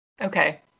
Okay